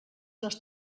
les